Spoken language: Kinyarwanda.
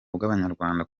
bw’abanyarwanda